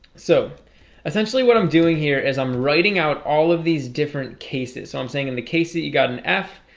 so essentially, what i'm doing here is i'm writing out all of these different cases so i'm saying in the case that you got an f.